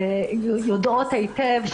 יודעות היטב,